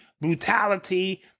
brutality